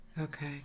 Okay